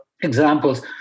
examples